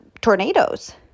tornadoes